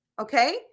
Okay